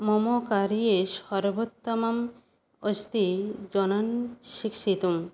मम कार्ये सर्वोत्तमम् अस्ति जनान् शिक्षितुं